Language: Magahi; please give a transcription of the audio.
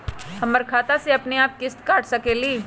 हमर खाता से अपनेआप किस्त काट सकेली?